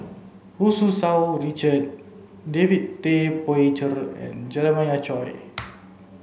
Hu Tsu Tau Richard David Tay Poey Cher and Jeremiah Choy